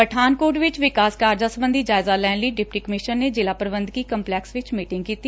ਪਠਾਨਕੋਟ ਵਿਚ ਵਿਕਾਸ ਕਾਰਜਾਂ ਸਬੰਧੀ ਜਾਇਜਾ ਲੈਣ ਲਈ ਡਿਪਟੀ ਕਮਿਸ਼ਨਰ ਨੇ ਜਿਲ੍ਹਾ ਪ੍ਰਬੰਧਕੀ ਕੰਪਲੈਕਸ ਵਿੱਚ ਮੀਟਿੰਗ ਕੀਤੀ